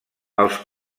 els